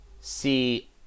C-